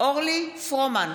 אורלי פרומן,